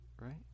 right